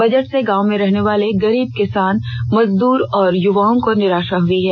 budget से गांव में रहने वाले गरीब किसान मजदूर और युवाओं को निराषा हुई है